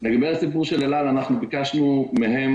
לגבי הסיפור של אל-על אנחנו ביקשנו מהם,